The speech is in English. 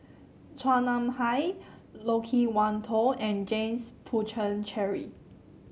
Chua Nam Hai Loke Wan Tho and James Puthucheary